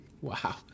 Wow